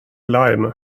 lime